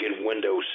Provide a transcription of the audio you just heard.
windows